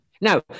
Now